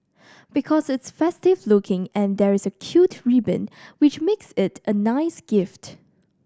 because it's festive looking and there's a cute ribbon which makes it a nice gift